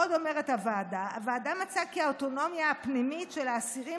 עוד אומרת הוועדה: הוועדה מצאה כי "האוטונומיה הפנימית של האסירים